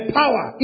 power